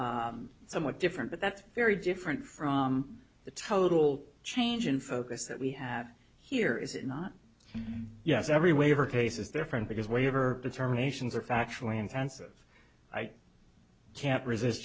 somewhat different but that's very different from the total change in focus that we have here is it not yes every waiver case is their friend because waiver determinations are factually intensive i can't resist